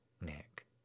Nick